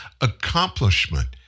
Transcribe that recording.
accomplishment